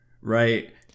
Right